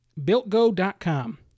BuiltGo.com